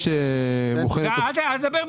לדעתי,